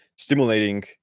stimulating